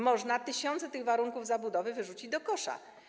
Można tysiące tych warunków zabudowy wyrzucić do kosza.